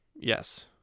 Yes